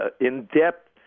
in-depth